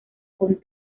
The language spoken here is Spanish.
con